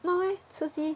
not meh 刺激